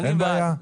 אין בעיה.